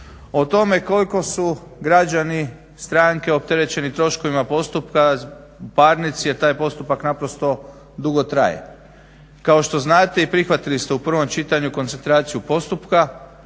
o tome koliko su građani, stranke opterećeni troškovima postupka, parnici a taj postupak naprosto dugo traje. Kao što znate i prihvatili ste u prvom čitanju koncentraciju postupka.